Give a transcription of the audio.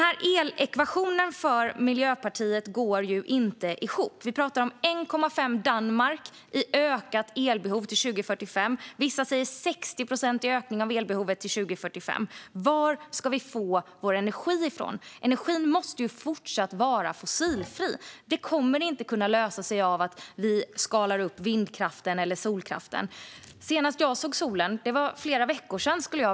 Miljöpartiets elekvation går inte ihop. Vi pratar om 1,5 Danmark i ökat elbehov till 2045. Vissa talar om en 60-procentig ökning av elbehovet till 2045. Var ska vi få vår energi ifrån? Energin måste ju fortsätta vara fossilfri. Det kommer inte att kunna lösas genom att vi skalar upp vindkraften eller solkraften. Senast jag såg solen var flera veckor sedan.